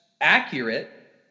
accurate